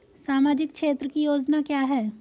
सामाजिक क्षेत्र की योजना क्या है?